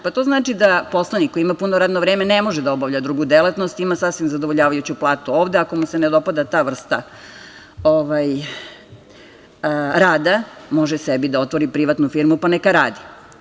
Pa, to znači da poslanik koji ima puno radno vreme ne može da obavlja drugu delatnost, ima sasvim zadovoljavajuću platu ovde, ako mu se ne dopada ta vrsta rada može sebi da otvori privatnu firmu, pa neka radi.